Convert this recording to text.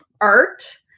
art